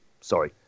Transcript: Sorry